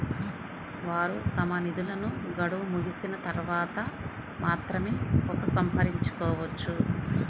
వారు తమ నిధులను గడువు ముగిసిన తర్వాత మాత్రమే ఉపసంహరించుకోవచ్చు